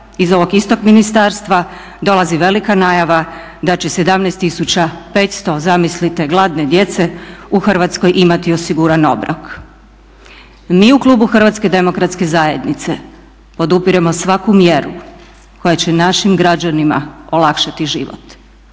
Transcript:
iz ovog istog ministarstva dolazi velika najava da će 17500 zamislite gladne djece u Hrvatskoj imati osiguran obrok. Mi u klubu Hrvatske demokratske zajednice podupiremo svaku mjeru koja će našim građanima olakšati život